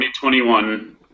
2021